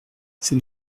c’est